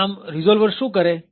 આમ રીઝોલ્વર શું કરે છે